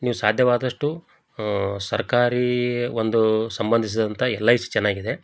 ನೀವು ಸಾಧ್ಯವಾದಷ್ಟು ಸರ್ಕಾರಿ ಒಂದು ಸಂಬಂಧಿಸಿದಂಥ ಎಲ್ ಐ ಸಿ ಚೆನ್ನಾಗಿದೆ